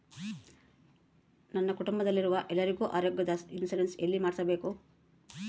ನನ್ನ ಕುಟುಂಬದಲ್ಲಿರುವ ಎಲ್ಲರಿಗೂ ಆರೋಗ್ಯದ ಇನ್ಶೂರೆನ್ಸ್ ಎಲ್ಲಿ ಮಾಡಿಸಬೇಕು?